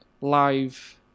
live